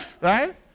Right